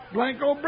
Blanco